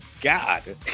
God